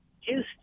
Houston